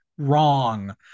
wrong